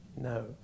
no